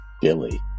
Billy